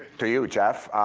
to you, jeff,